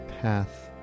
path